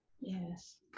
Yes